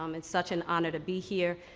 um it's such an honor to be here.